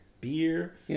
beer